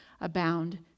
abound